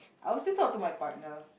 I will still talk to my partner